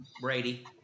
Brady